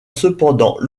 cependant